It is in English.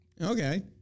Okay